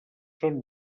són